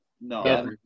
No